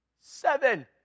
Seven